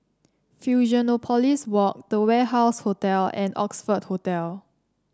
Fusionopolis Walk The Warehouse Hotel and Oxford Hotel